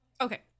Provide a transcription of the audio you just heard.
Okay